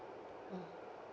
mm